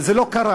וזה לא קרה.